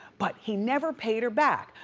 but he never paid her back.